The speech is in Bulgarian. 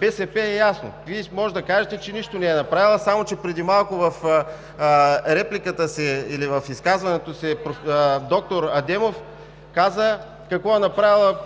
БСП е ясно. Вие може да кажете, че нищо не е направила, само че преди малко в репликата си или в изказването си доктор Адемов каза какво е направила